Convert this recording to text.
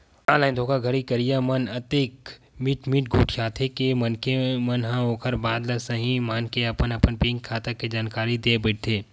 online धोखाघड़ी करइया मन अतेक मीठ मीठ गोठियाथे के मनखे ह ओखर बात ल सहीं मानके अपन अपन बेंक खाता के जानकारी ल देय बइठथे